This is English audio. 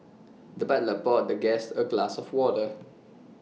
the butler poured the guest A glass of water